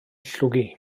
llwgu